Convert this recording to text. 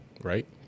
Right